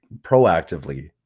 proactively